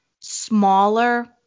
smaller